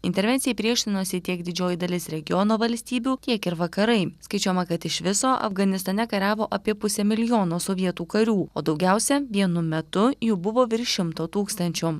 intervencijai priešinosi tiek didžioji dalis regiono valstybių kiek ir vakarai skaičiuojama kad iš viso afganistane kariavo apie pusę milijono sovietų karių o daugiausia vienu metu jų buvo virš šimto tūkstančių